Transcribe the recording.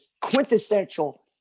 Quintessential